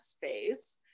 phase